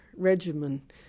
regimen